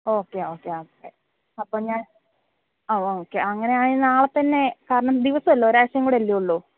okay okay okay അപ്പോൾ ഞാൻ ആ ഓക്കെ അങ്ങനെ ആണെങ്കിൽ നാളെ തന്നെ കാരണം ദിവസം ഇല്ല ഒരാഴ്ചയും കൂടെ അല്ലേ ഉള്ളൂ